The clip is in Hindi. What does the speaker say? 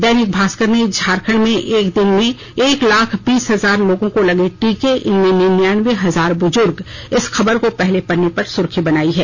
दैनिक भास्कर ने झारखंड में एक दिन में एक लाख बीस हजार लोगों को लगे टीके इनमें नियंनावे हजार बुजुर्ग इस खबर को पहले पन्ने की सुर्खी बनायी है